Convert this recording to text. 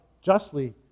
justly